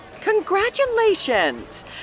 Congratulations